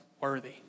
worthy